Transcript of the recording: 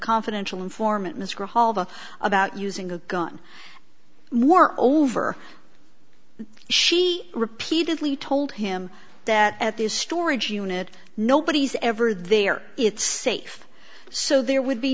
confidential informant mr hall about using a gun more over she repeatedly told him that at this storage unit nobody's ever there it's safe so there would be